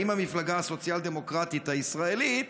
האם המפלגה הסוציאל-דמוקרטית הישראלית